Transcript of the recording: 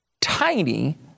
tiny